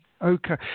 Okay